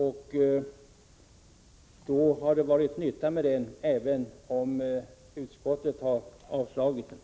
Då har den varit till nytta, även om utskottet har avstyrkt den.